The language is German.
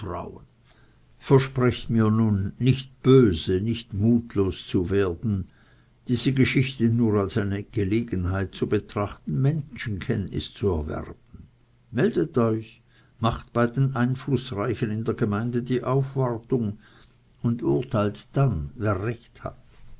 versprecht mir nicht böse nicht mutlos zu werden diese geschichte nur als eine gelegenheit zu betrachten menschenkenntnis zu erwerben meldet euch macht bei den einflußreichen in der gemeinde die aufwartung und urteilt dann wer recht habe